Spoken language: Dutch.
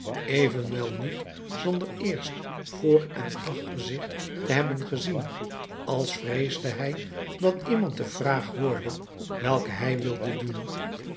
evenwel niet zonder eerst voor en achter zich te hebben gezien als vreesde hij dat iemand de vraag hoorde welke hij wilde doen